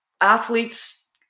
athletes